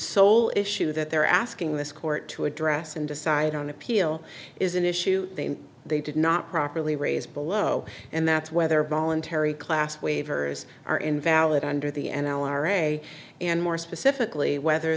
sole issue that they're asking this court to address and decide on appeal is an issue they did not properly raise below and that's whether voluntary class waivers are invalid under the n l r n a and more specifically whether